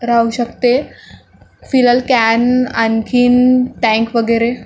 राहू शकते फिलहाल कॅन आणखीन टॅंक वगैरे